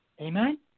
Amen